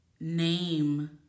name